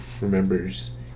remembers